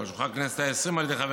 ועל שולחן הכנסת העשרים על ידי חבר